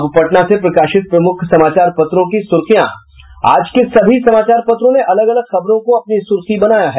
अब पटना से प्रकाशित प्रमुख समाचार पत्रों की सुर्खियां आज के सभी समाचार पत्रों ने अलग अलग खबरों को अपनी सुर्खी बनाया है